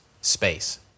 space